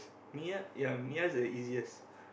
Miya ya Miya is the easiest